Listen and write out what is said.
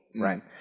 Right